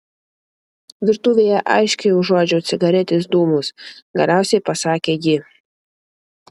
virtuvėje aiškiai užuodžiau cigaretės dūmus galiausiai pasakė ji